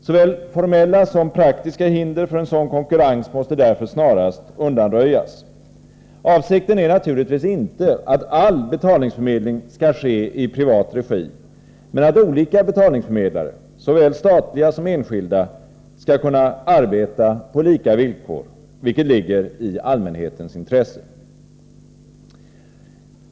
Såväl formella som praktiska hinder för en sådan konkurrens måste därför snarast undanröjas. Avsikten är naturligtvis inte att all betalningsförmedling skall ske i privat regi men att olika betalningsförmedlare — såväl statliga som enskilda — skall kunna arbeta på lika villkor, vilket ligger i allmänhetens intresse.